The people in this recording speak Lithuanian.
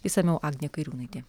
išsamiau agnė kairiūnaitė